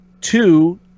two